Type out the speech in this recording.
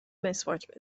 مسواک